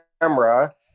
Camera